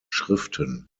schriften